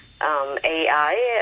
AI